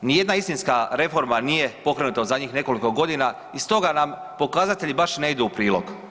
Nijedna istinska reforma nije pokrenuta u zadnjih nekoliko godina i stoga nam pokazatelji baš i ne idu u prilog.